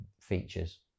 features